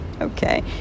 okay